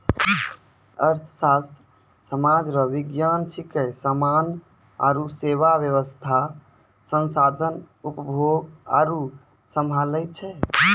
अर्थशास्त्र सामाज रो विज्ञान छिकै समान आरु सेवा वेवस्था संसाधन उपभोग आरु सम्हालै छै